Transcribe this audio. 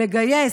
לגייס,